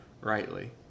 rightly